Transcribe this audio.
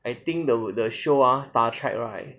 I think the the show ah star trek right